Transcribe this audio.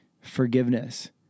forgiveness